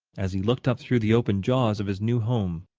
as he looked up through the open jaws of his new home.